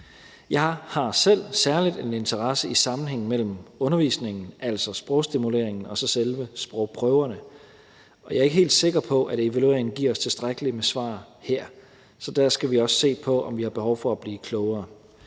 Jeg har selv særlig en interesse i sammenhængen mellem undervisningen, altså sprogstimuleringen, og så selve sprogprøverne, og jeg er ikke helt sikker på, at evalueringen giver os tilstrækkelig med svar her, så der skal vi også se på, om vi har behov for at blive klogere.